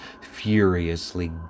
furiously